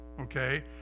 Okay